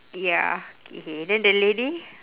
ya K then the lady